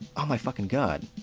um my fucking god.